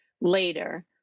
later